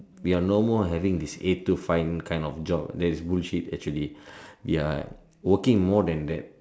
we are no more having this eight to five kind of job that is bullshit actually we are working more than that